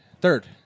Third